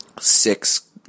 six